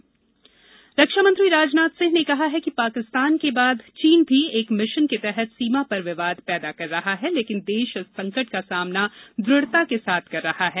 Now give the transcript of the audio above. रक्षा चीन रक्षा मंत्री राजनाथ सिंह ने कहा है कि पाकिस्तान के बाद चीन भी एक मिशन के तहत सीमा पर विवाद पैदा कर रहा है लेकिन देश इस संकट का सामना दृढ़ता के साथ कर रहा है